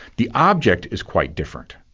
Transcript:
the object is quite different.